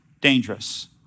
dangerous